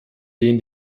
den